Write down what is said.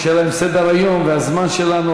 אבל השאלה אם סדר-היום והזמן שלנו,